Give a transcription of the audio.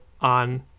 on